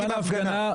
ההפגנה,